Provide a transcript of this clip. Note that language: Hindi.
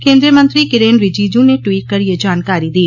केन्द्रीय मंत्री किरेन रिजीजू ने ट्वीट कर यह जानकारी दी